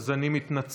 אז אני מתנצל,